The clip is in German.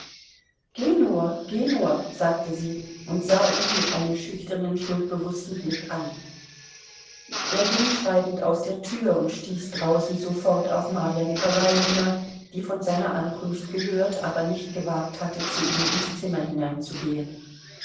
geh nur geh nur sagte sie und sah ihn mit einem schüchternen schuldbewußten blick an er ging schweigend aus der tür und stieß draußen sofort auf marja nikolajewna die von seiner ankunft gehört aber nicht gewagt hatte zu ihm ins zimmer hineinzugehen